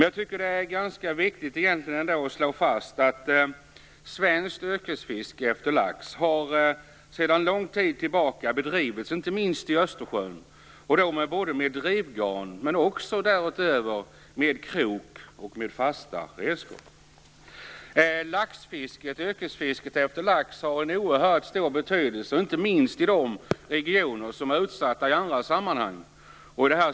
Jag tycker dock att det är viktigt att slå fast att svenskt yrkesfiske efter lax har bedrivits sedan lång tid tillbaka, inte minst i Östersjön, både med drivgarn och även med krok och fasta redskap. Det yrkesmässiga laxfisket har en oerhört stor betydelse, inte minst i de regioner som är utsatta i andra sammanhang.